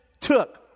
took